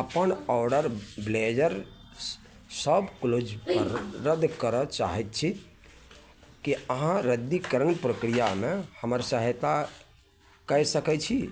अपन order blazer शॉपक्लॉजपर रद्द करऽ चाहै छी कि अहाँ रद्दीकरण प्रक्रियामे हमर सहायता कै सकै छी